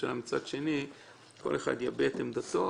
הממשלה מצד שני שכל אחד יביע את עמדתו,